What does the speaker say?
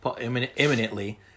imminently